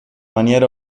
maniera